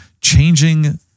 changing